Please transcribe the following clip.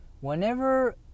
whenever